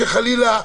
שחלילה,